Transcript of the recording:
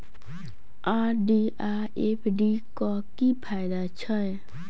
RD आ FD क की फायदा छै?